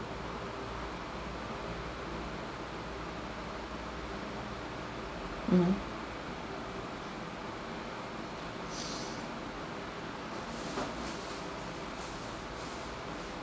mmhmm